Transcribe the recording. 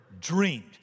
dreamed